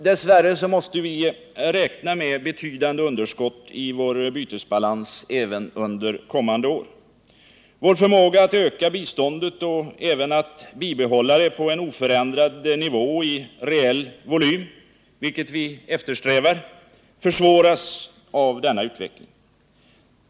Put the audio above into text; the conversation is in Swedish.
Dess värre måste vi räkna med betydande underskott i vår bytesbalans även under kommande år. Vår förmåga att öka biståndet och även att bibehålla det på en oförändrad nivå i reell volym — vilket vi eftersträvar — begränsas av denna utveckling.